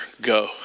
go